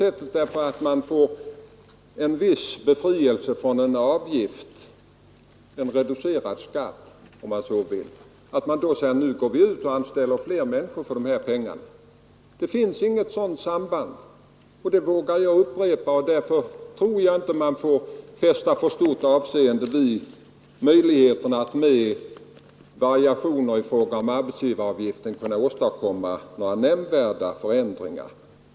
Och om man får en viss befrielse från en avgift, en reducerad skatt om man så vill, så säger man ju inte: Nu går vi ut och anställer fler människor för de pengarna. Det finns inget sådant samband. Det vågar jag upprepa. Och därför tror jag inte att man får fästa för stort avseende vid möjligheterna att med variationer i arbetsgivaravgiften kunna åstadkomma några nämnvärda förändringar.